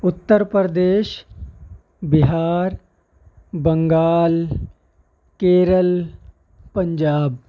Uttar Pradesh Bihar Bengal Kerala Punjab